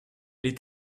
les